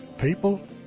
people